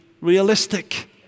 realistic